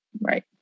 Right